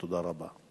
תודה רבה.